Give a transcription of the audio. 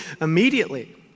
immediately